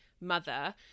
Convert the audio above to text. mother